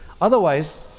Otherwise